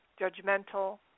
judgmental